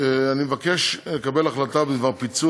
סדר-היום: בקשת ועדת הכלכלה בדבר פיצול